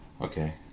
Okay